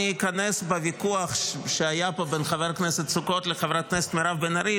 אני אכנס בוויכוח שהיה פה בין חבר הכנסת סוכות לחברת הכנסת מירב בן ארי.